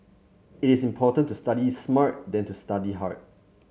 it is important to study smart than to study hard